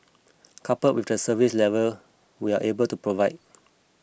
coupled with the service level we are able to provide